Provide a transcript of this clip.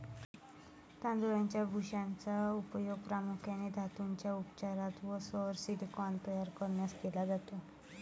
तांदळाच्या भुशाचा उपयोग प्रामुख्याने धातूंच्या उपचारात व सौर सिलिकॉन तयार करण्यासाठी केला जातो